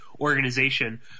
organization